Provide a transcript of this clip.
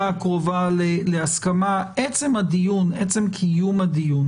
בסדר, עדיין אלה היו מאמצים חשובים.